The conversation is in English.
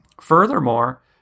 Furthermore